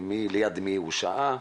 ליד מי הוא שהה,